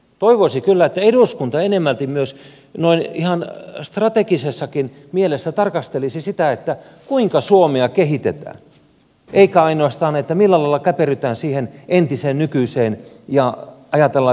toivoisi kyllä että eduskunta enemmälti myös noin ihan strategisessakin mielessä tarkastelisi sitä kuinka suomea kehitetään eikä ainoastaan sitä millä lailla käperrytään siihen entiseen nykyiseen ja ajatellaan että vain se on hyvä